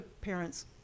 parents